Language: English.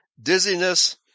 dizziness